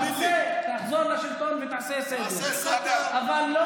בסדר, יואב, תחזור לשלטון ותעשה סדר, אבל,